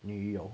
女友